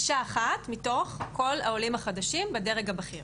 אישה אחת מתוך כל העולים החדשים בדרג הבכיר.